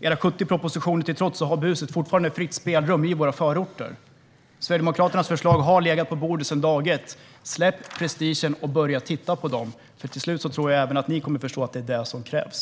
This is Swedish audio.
Era 70 propositioner till trots har buset fortfarande fritt spelrum i våra förorter. Sverigedemokraternas förslag har legat på bordet sedan dag ett. Släpp prestigen och börja titta på dem! Jag tror att även ni kommer att förstå till slut att det är vad som krävs.